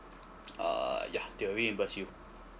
uh ya they already reimburse you